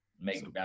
make